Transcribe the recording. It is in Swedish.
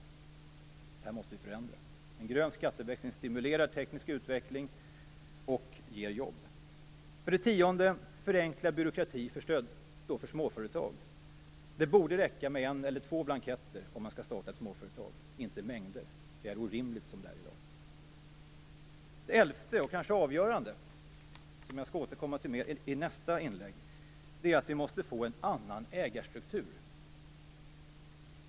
Det här måste vi förändra. En grön skatteväxling stimulerar teknisk utveckling och ger jobb. För det tionde måste byråkratin för småföretag förenklas. Det borde räcka med en eller två blanketter om man skall starta småföretag - det borde inte behövas mängder. Det är orimligt som det är i dag. För det elfte - och det kanske är det avgörande, som jag skall återkomma till mer i nästa inlägg - måste vi få en annan ägarstruktur.